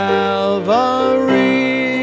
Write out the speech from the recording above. Calvary